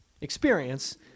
Experience